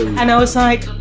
and i was like,